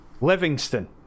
livingston